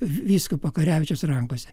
vyskupo karevičiaus rankose